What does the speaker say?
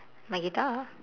my guitar